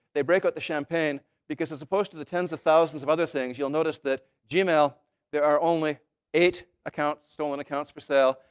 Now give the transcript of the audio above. they break out the champagne because, as opposed to the tens of thousands of other things, you'll notice that gmail, there are only eight stolen accounts for sale.